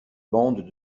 bandes